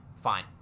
Fine